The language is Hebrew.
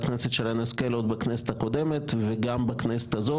הכנסת שרן השכל עוד בכנסת הקודמת וגם בכנסת הזאת,